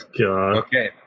Okay